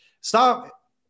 stop